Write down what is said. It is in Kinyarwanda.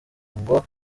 ngo